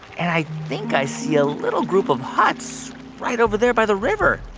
and i think i see a little group of huts right over there by the river